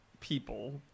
people